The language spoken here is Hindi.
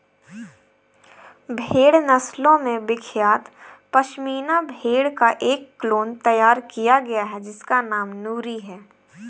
भेड़ नस्लों में विख्यात पश्मीना भेड़ का एक क्लोन तैयार किया गया है जिसका नाम नूरी है